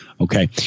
Okay